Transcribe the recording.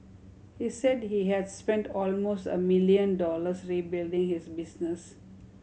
he said he had spent almost a million dollars rebuilding his business